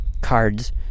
cards